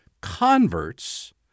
converts